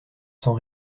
sans